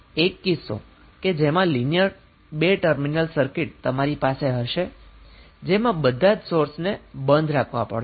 એક કિસ્સો કે જેમાં લિનીયર બે ટર્મિનલ સર્કિટ તમારી પાસે હશે જેમાં બધા જ સોર્સને બંધ રાખવા પડશે